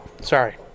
Sorry